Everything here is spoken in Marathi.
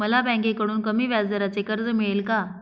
मला बँकेकडून कमी व्याजदराचे कर्ज मिळेल का?